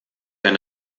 ein